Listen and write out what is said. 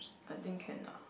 I think can lah